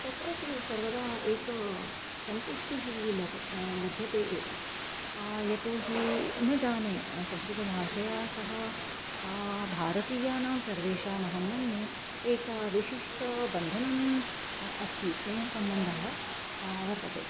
तत्र तु सर्वदा एका सन्तुष्टिः लब् लभ्यते एव यतो हि न जाने संस्कृतभाषया सह भारतीयानां सर्वेषाम् अहं मन्ये एक विशिष्टं बन्धनम् अस्ति स्नेहसम्बन्धः वर्तते